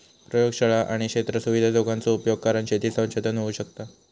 प्रयोगशाळा आणि क्षेत्र सुविधा दोघांचो उपयोग करान शेती संशोधन होऊ शकता